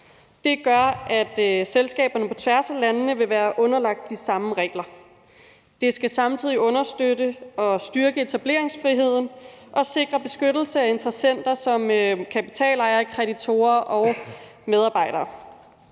Det gør, at selskaberne på tværs af landene vil være underlagt de samme regler. Det skal samtidig understøtte og styrke etableringsfriheden og sikre en beskyttelse af interessenter som kapitalejere, kreditorer og medarbejdere.